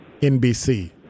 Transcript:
NBC